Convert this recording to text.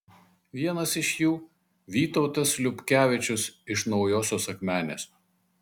vienas iš jų vytautas liubkevičius iš naujosios akmenės